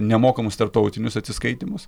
nemokamus tarptautinius atsiskaitymus